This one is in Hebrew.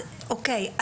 אוקי,